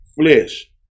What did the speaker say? flesh